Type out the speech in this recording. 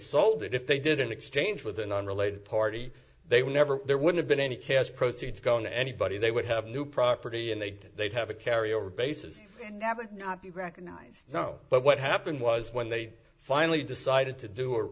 sold it if they didn't exchange with an unrelated party they were never there would have been any cash proceeds going to anybody they would have new property and they'd they'd have a carry over basis and never not be recognized no but what happened was when they finally decided to do or